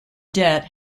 debt